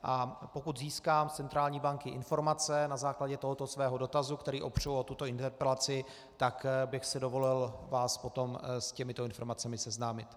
A pokud získám od centrální banky informace na základě tohoto svého dotazu, který opřu o tuto interpelaci, tak bych si dovolil vás potom s těmito informacemi seznámit.